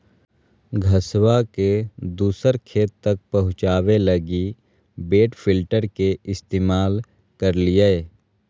घसबा के दूसर खेत तक पहुंचाबे लगी वेट लिफ्टर के इस्तेमाल करलियै